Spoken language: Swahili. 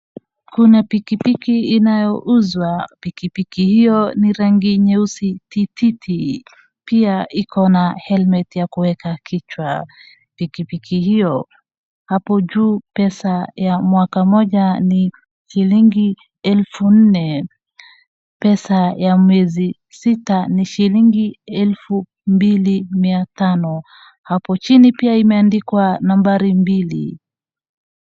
Kuna pikipiki inayouzwa. Pikipiki hiyo ni rangi nyeusi tii ti ti. Pia iko na helmet ya kuweka kichwa. Pikipiki hiyo, hapo juu pesa ya mwaka moja ni shilingi elfu nne, pesa ya mwezi sita ni shilingi elfu mbili mia tano. Hapo chini pia imeandikwa nambari mbili.